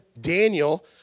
Daniel